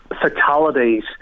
fatalities